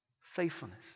Faithfulness